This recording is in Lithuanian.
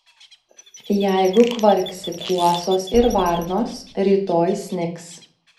jeigu kvarksi kuosos ir varnos rytoj snigs